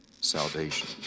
salvation